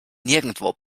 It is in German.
nirgendwo